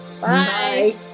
Bye